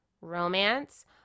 romance